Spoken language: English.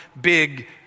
big